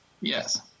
Yes